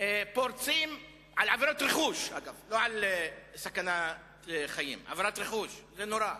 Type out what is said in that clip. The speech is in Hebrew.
פורצים על עבירת רכוש, לא על סכנת חיים, זה נורא,